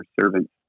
servants